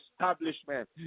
establishment